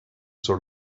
sort